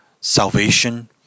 salvation